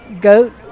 goat